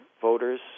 voters